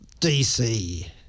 DC